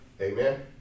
Amen